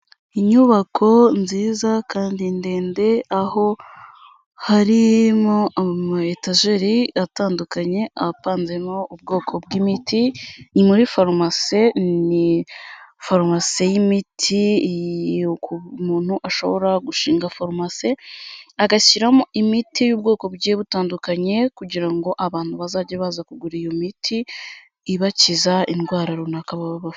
Inyubako nziza kandi ndende aho harimo ama etageli atandukanye apanzemo ubwoko bw'imiti. Ni muri farumasi. Ni farumasi y'imiti uko umuntu ashobora gushinga farumasi agashyiramo imiti y'ubwoko bugiye butandukanye kugira ngo abantu bazajye baza kugura iyo miti ibakiza indwara runaka baba bafite.